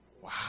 Wow